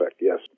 yes